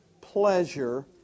pleasure